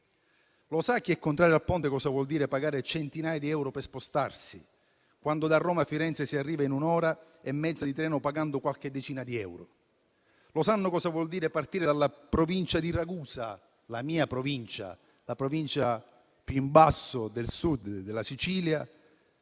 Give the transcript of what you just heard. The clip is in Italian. aereo. Chi è contrario al ponte sa cosa vuol dire pagare centinaia di euro per spostarsi, quando da Roma a Firenze si arriva in un'ora e mezza di treno pagando qualche decina di euro? Sanno cosa vuol dire partire dalla provincia di Ragusa, la mia provincia, quella più a Sud della Sicilia?